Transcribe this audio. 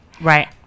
Right